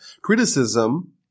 Criticism